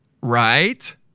right